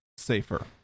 safer